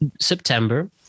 September